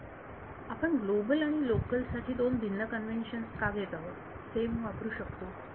विद्यार्थी आपण ग्लोबल आणि लोकल साठी दोन भिन्न कन्वेंशन का घेत आहोत सेम वापरू शकतो